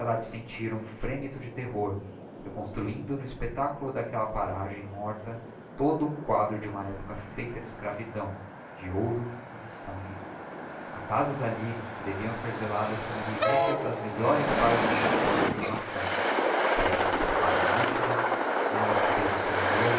um frémito de terror reconstruindo no espectáculo d'aquella paragem morta todo o quadro de uma epocha feita de escravidão de ouro e de saníiue ha casas alli que deviam ser zeladas como relíquias das melhores paginas da historia de uma nação por ellas passaram martyres n'ellas viveram sonhadores